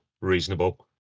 reasonable